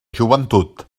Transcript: joventut